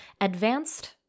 advanced